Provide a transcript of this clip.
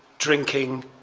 drinking,